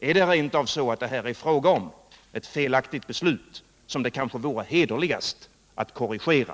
Är det rent av så, att det här är fråga om ett felaktigt beslut, som det kanske vore hederligare att korrigera?